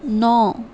نو